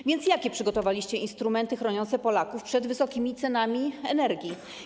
A więc jakie przygotowaliście instrumenty chroniące Polaków przed wysokimi cenami energii?